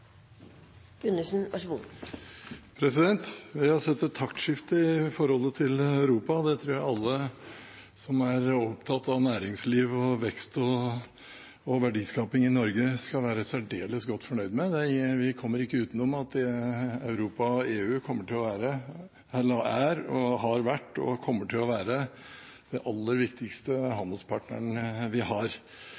det tror jeg alle som er opptatt av næringsliv, vekst og verdiskaping i Norge, skal være særdeles godt fornøyd med. Vi kommer ikke utenom at Europa og EU har vært, er og kommer til å være den aller viktigste handelspartneren vi har. Vi lever i en symbiose med Europa, og uansett om vi er for eller mot EU, bør vi se verdien av å være